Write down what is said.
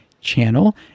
channel